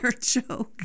joke